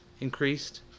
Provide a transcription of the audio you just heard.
increased